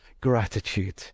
gratitude